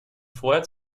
vorher